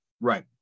right